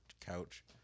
couch